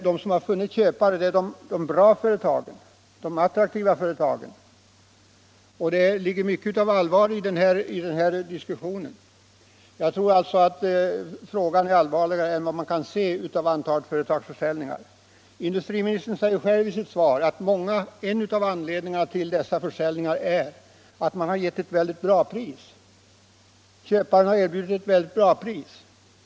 De som funnit köpare har varit ägare till bra företag, till de aktiva företagen. Industriministern säger i sitt svar att en anledning till många försäljningar är att köparen har erbjudit ett mycket bra pris.